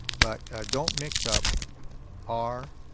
but don't mix up r,